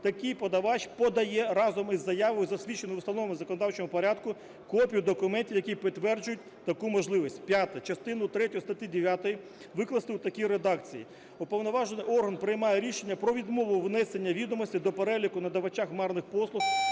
такий подавач подає разом із заявою, засвідчену в установленому законодавчому порядку, копію документів, які підтверджують таку можливість". П'яте. Частину третю статті 9 викласти у такій редакції: "Уповноважений орган приймає рішення про відмову внесення відомостей до переліку надавача хмарних послуг